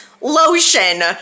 lotion